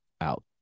out